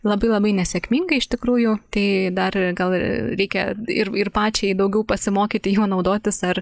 labai labai nesėkmingai iš tikrųjų tai dar gal reikia ir ir pačiai daugiau pasimokyti juo naudotis ar